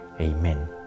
Amen